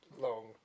long